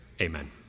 amen